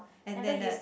and then a